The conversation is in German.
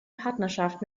partnerschaft